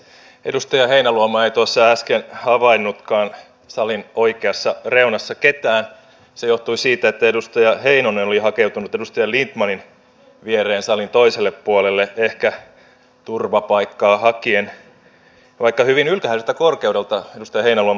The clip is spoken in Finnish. edustaja heinäluoma ei tuossa äsken havainnutkaan salin oikeassa reunassa ketään mikä johtui siitä että edustaja heinonen oli hakeutunut edustaja lindtmanin viereen salin toiselle puolelle ehkä turvapaikkaa hakien vaikka hyvin ylhäiseltä korkeudelta edustaja heinäluoma tätä asiaa tarkkaili